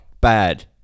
bad